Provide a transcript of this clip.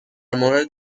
مورد